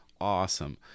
Awesome